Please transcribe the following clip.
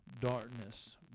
darkness